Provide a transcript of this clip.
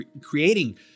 creating